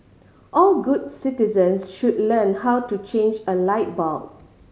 all good citizens should learn how to change a light bulb